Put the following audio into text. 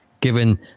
given